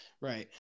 right